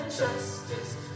justice